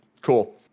cool